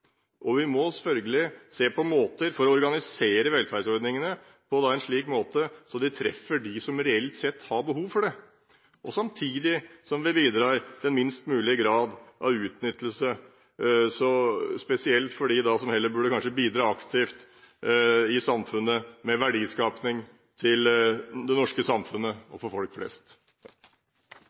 og vi må følgelig se på måter å organisere velferdsordningene på slik at de treffer dem som reelt sett har behov for det – samtidig som vi bidrar til minst mulig grad av utnyttelse, spesielt av dem som heller kanskje burde bidra aktivt i samfunnet med verdiskaping til det norske samfunnet, og for folk flest.